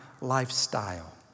lifestyle